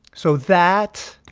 so that